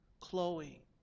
Chloe